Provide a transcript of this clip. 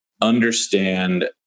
understand